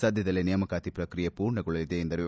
ಸದ್ಯದಲ್ಲೇ ನೇಮಕಾತಿ ಪ್ರಕ್ರಿಯೆ ಪೂರ್ಣಗೊಳ್ಳಲಿದೆ ಎಂದರು